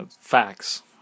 Facts